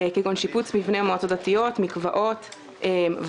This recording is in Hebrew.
כגון שיפוץ מבנים במועצות הדתיות, מקוואות ועוד.